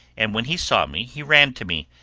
and when he saw me, he ran to me,